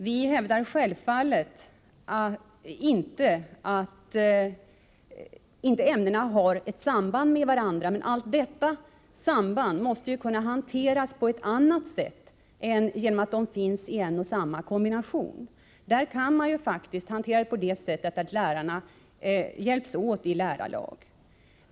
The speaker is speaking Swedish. Vi hävdar självfallet inte att ämnena inte har ett samband med varandra — men detta samband måste kunna bibehållas på ett annat sätt än genom att ämnena inordnas i en och samma kombination. Man kan ju faktiskt ordna det så att lärarna hjälps åt i lärarlag.